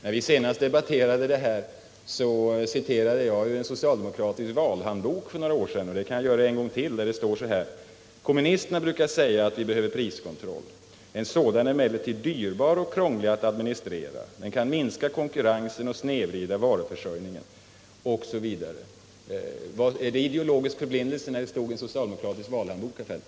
När vi senast debatterade dessa frågor citerade jag ur en några år gammal socialdemokratisk valhandbok, och det kan jag göra en gång till. Det står där: ”Kommunisterna brukar säga att vi behöver priskontroll. En sådan är emellertid dyrbar och krånglig att administrera. Den kan minska konkurrensen och snedvrida varuförsörjningen.” Var det fråga om ideo logisk förblindelse när detta stod i en socialdemokratisk valhandbok, herr Feldt?